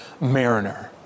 mariner